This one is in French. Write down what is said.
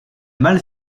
mal